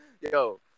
yo